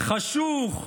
חשוך,